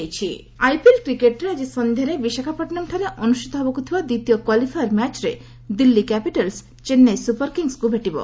IPL IPL କ୍ରିକେଟ୍ରେ ଆକି ସନ୍ଧ୍ୟାରେ ବିଶାଖାପଟନମ୍ଠାରେ ଅନୁଷ୍ଠିତ ହେବାକୁ ଥିବା ଦ୍ୱିତୀୟ କ୍ୱାଲିଫାଏର୍ ମ୍ୟାଚ୍ରେ ଦିଲ୍ଲୀ କ୍ୟାପିଟାଲ୍ସ' ଚେନ୍ନାଇ ସୁପରକିଙ୍ଗସ୍କୁ ଭେଟିବ